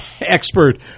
expert